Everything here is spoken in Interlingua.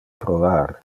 provar